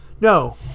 No